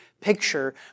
picture